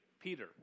Peter